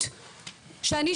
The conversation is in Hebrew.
כולם יודעים.